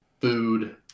food